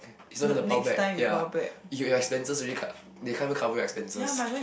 is not gonna pile back ya you your expenses already cut they can't even cover your expenses